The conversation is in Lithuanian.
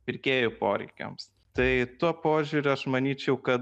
pirkėjų poreikiams tai tuo požiūriu aš manyčiau kad